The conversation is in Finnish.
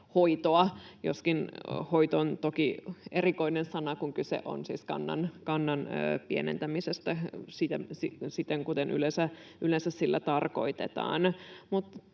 — joskin ”hoito” on toki erikoinen sana, kun kyse on siis kannan pienentämisestä, jota sillä yleensä tarkoitetaan.